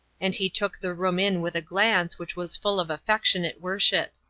and he took the room in with a glance which was full of affectionate worship.